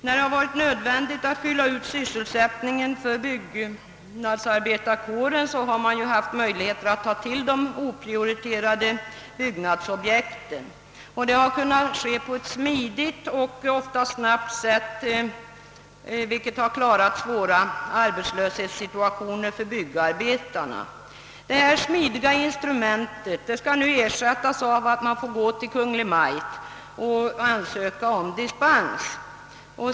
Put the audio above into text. När det varit nödvändigt att fylla ut sysselsättningen för byggnadsarbetarkåren har man haft möjlighet att ta till de oprioriterade byggnadsobjekten. Det har kunnat göras på ett smidigt och ofta snabbt sätt, vilket har klarat svåra arbetslöshetssituationer för byggarbetarna. Detta smidiga instrument skall nu ersättas av att vi får gå till Kungl. Maj:t och ansöka om dispens.